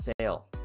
sale